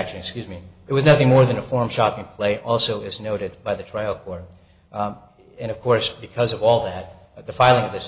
actually excuse me it was nothing more than a form shopping play also is noted by the trial court and of course because of all that the filing of this